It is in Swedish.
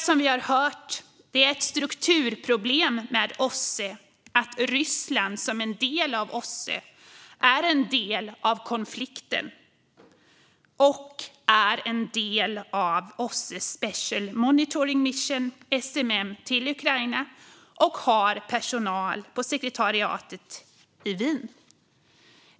Som vi har hört är det ett strukturproblem med OSSE att Ryssland som en del av OSSE är en del av konflikten. Man är en del av OSSE:s special monitoring mission, SMM, till Ukraina och har personal på sekretariatet i Wien.